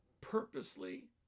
purposely